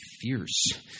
fierce